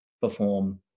perform